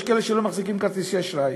יש כאלה שלא מחזיקים כרטיסי אשראי,